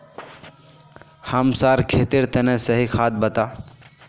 हमसार खेतेर तने सही खाद बता